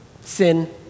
sin